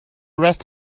rest